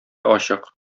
ачык